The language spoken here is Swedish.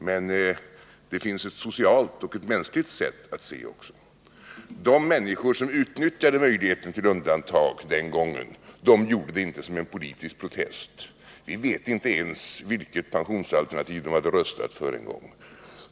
Men det finns ett socialt och mänskligt sätt att se också: de människor som utnyttjade möjligheten till undantag den gången gjorde det inte som en politisk protest. Vi vet inte ens vilket pensionsalternativ de hade röstat för.